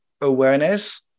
awareness